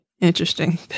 Interesting